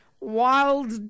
wild